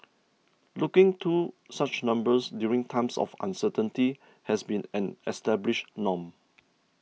looking to such numbers during times of uncertainty has been an established norm